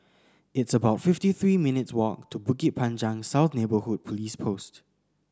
it's about fifty three minutes' walk to Bukit Panjang South Neighbourhood Police Post